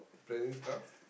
planning stuff